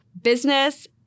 business